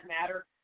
Matter